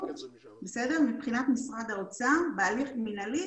מבחינת משרד האוצר, בהליך מינהלי,